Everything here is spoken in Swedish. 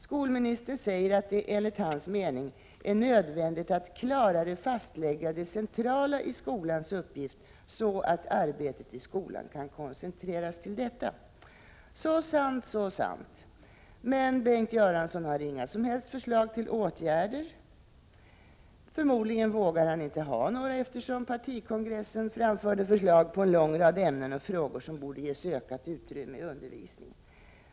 Skolministern säger att det, enligt hans mening, är nödvändigt att ”klarare fastlägga det centrala i skolans uppgift så att arbetet i skolan kan koncentreras till detta”. Så sant, så sant! Men Bengt Göransson har inga som helst förslag till åtgärder. Förmodligen vågar han inte ha några, eftersom partikongressen framförde förslag på en lång rad ämnen och frågor som borde ges ökat utrymme i undervisningen.